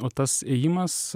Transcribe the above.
o tas ėjimas